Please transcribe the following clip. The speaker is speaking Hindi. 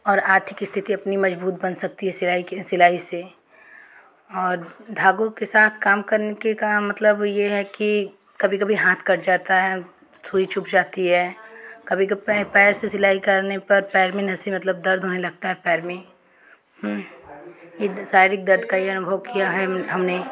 और आर्थिक स्थिति अपनी मजबूत बन सकती है सिलाई के सिलाई से और धागों के साथ काम करने के का मतलब ये है की कभी कभी हाथ कट जाता है सूई चुभ जाती है कभी क पैर पैर से सिलाई करने पर पैर में नसें मतलब दर्द होने लगता है पैर में ये शारीरिक दर्द का ये अनुभव किया है हमने